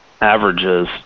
averages